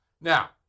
Now